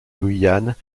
guyane